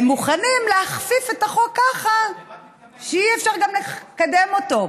הם מוכנים להכפיף את החוק ככה שאי-אפשר גם לקדם אותו.